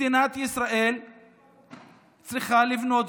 מדינת ישראל צריכה לבנות,